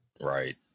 Right